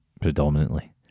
predominantly